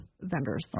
vendors